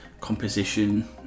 composition